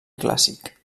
clàssic